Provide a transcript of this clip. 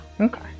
Okay